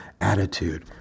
attitude